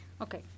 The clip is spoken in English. Okay